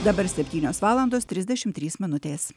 dabar septynios valandos trisdešimt trys minutės